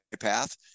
path